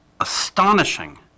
astonishing